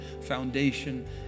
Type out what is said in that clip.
foundation